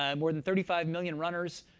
um more than thirty five million runners.